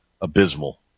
abysmal